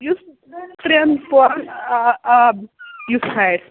یُس ترٛیٚن پورَن آب آب یُس کھارِ